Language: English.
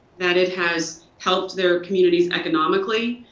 that it has helped their communities economically,